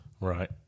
Right